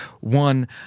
one